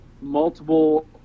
multiple